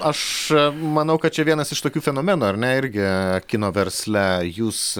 aš manau kad čia vienas iš tokių fenomenų arne irgi kino versle jūs